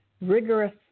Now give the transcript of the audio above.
rigorous